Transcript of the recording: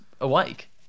awake